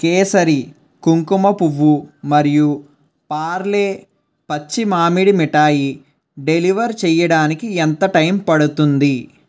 కేసరి కుంకుమ పువ్వు మరియు పార్లే పచ్చి మామిడి మిఠాయి డెలివర్ చేయడానికి ఎంత టైమ్ పడుతుంది